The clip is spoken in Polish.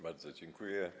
Bardzo dziękuję.